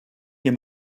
you